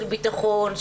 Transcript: של ביטחון,